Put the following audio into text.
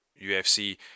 UFC